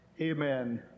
Amen